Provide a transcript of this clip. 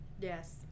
yes